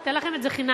ניתן לכם את זה חינם.